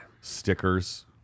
stickers